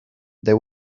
they